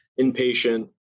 inpatient